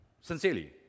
Sincerely